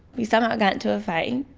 we somehow got into a fight,